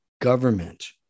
government